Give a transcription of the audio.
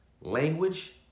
language